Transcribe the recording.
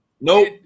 Nope